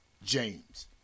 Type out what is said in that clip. James